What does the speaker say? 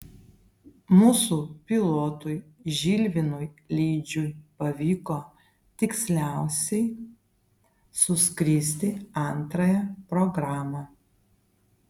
mūsų pilotui žilvinui lidžiui pavyko tiksliausiai suskristi antrąją programą